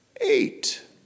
Eight